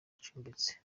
acumbitse